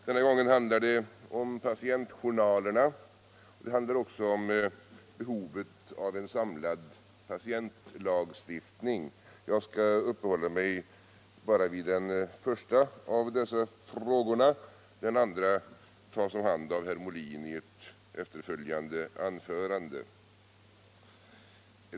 Denna gång handlar det om patientjournalerna och om behovet av en samlad patientlagstiftning. Jag skall bara uppehålla mig vid den första av dessa frågor. Den andra tas om hand av herr Molin i ett efterföljande anförande.